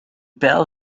pijl